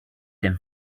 them